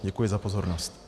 Děkuji za pozornost.